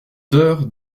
heures